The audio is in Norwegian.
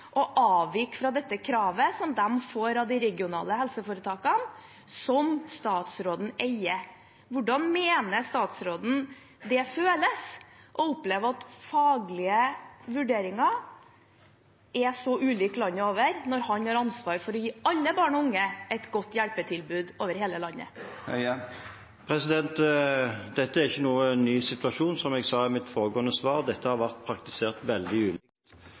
og avviker fra dette kravet som de får av de regionale helseforetakene – som statsråden eier – hvordan mener statsråden det føles å oppleve at faglige vurderinger er så ulike landet over, når han har ansvar for å gi alle barn og unge et godt hjelpetilbud over hele landet? Dette er ikke noen ny situasjon, som jeg sa i mitt foregående svar. Dette har vært praktisert veldig ulikt